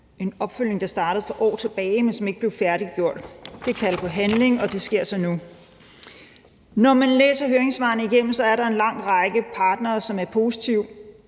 en opfølgning, der startede for år tilbage, men som ikke blev færdiggjort. Det kalder på handling, og det sker så nu. Når man læser høringssvarene igennem, er der en lang række af høringsparterne, som er positive,